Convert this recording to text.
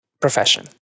profession